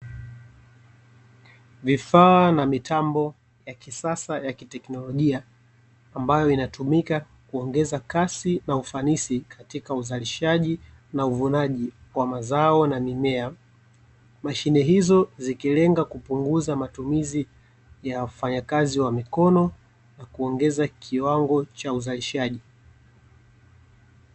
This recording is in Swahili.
Vifaa na mitambo ya kisasa ya kiteknolojia, ambayo inatumika kuongeza kasi na ufanisi katika uzalishaji na uvunaji wa mazao na mimea. Mashine hizo zikilenga kupunguza matumizi ya wafanyakazi wa mikono na kuongeza kiwango cha uzalishaji.